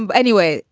and anyway,